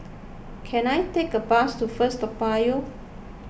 can I take a bus to First Toa Payoh